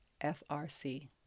FRC